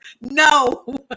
No